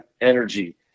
energy